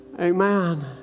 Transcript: Amen